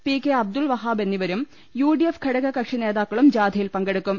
P K Abdul Wahab എന്നിവരും U D F ഘടകകക്ഷി നേതാ ക്കളും ജാഥയിൽ പങ്കെടുക്കും